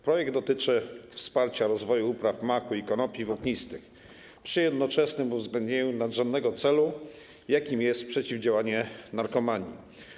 Projekt dotyczy wsparcia rozwoju upraw maku i konopi włóknistych przy jednoczesnym uwzględnieniu nadrzędnego celu, jakim jest przeciwdziałanie narkomanii.